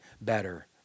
better